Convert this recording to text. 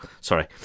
Sorry